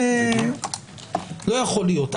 זה לא יכול להיות.